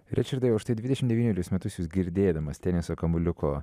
ričardai o štai dvidešimt devynerius metus jūs girdėdamas teniso kamuoliuko